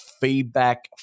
Feedback